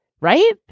right